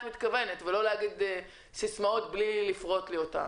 מתכוונת ולא להגיד סיסמאות בלי לפרוט לי אותן.